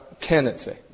Tendency